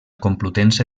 complutense